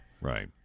Right